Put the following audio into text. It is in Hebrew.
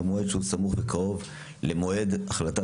במועד שהוא סמוך וקרוב למועד החלטת